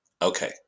Okay